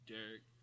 Derek